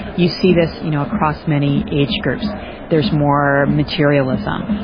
you see this you know across many age groups there is more materialism,